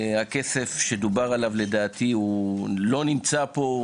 הכסף שדובר עליו לדעתי הוא לא נמצא פה,